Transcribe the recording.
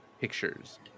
pictures